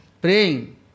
praying